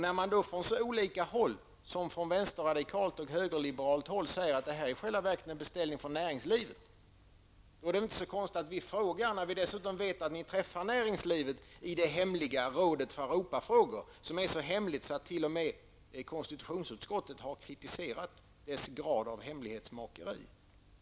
När man då från vänsterradikalt och högerliberalt håll säger att detta i själva verket är en beställning från näringslivet, är det inte så konstigt att vi frågar, i synnerhet som vi dessutom vet att ni träffar företrädare för näringslivet i det hemliga rådet för Europafrågor. Det rådet är så hemligt att t.o.m. konstitutionsutskottet har kritiserat dess grad av hemlighetsmakeri.